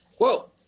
Whoa